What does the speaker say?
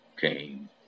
came